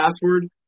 password